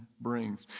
brings